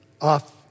off